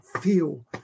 feel